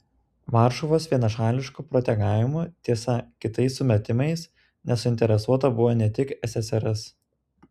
varšuvos vienašališku protegavimu tiesa kitais sumetimais nesuinteresuota buvo ne tik ssrs